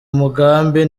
mugambi